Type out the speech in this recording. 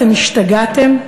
אתם השתגעתם?